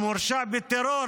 המורשע בטרור,